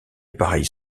pareille